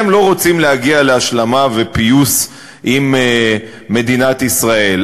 הם לא רוצים להגיע להשלמה ופיוס עם מדינת ישראל.